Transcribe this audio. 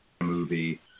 movie